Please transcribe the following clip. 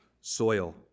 soil